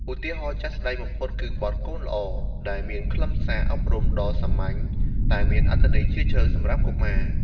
ឧទាហរណ៍ជាក់ស្ដែងបំផុត គឺបទ "កូនល្អ" ដែលមានខ្លឹមសារអប់រំដ៏សាមញ្ញ តែមានអត្ថន័យជ្រាលជ្រៅសម្រាប់កុមារ។